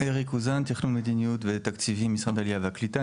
אריק אוזן תכנון מדיניות ותקציבים משרד העלייה והקליטה.